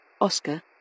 Oscar